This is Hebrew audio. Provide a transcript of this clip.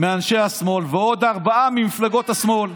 מאנשי השמאל, ועוד ארבעה ממפלגות השמאל.